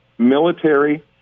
military